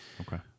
Okay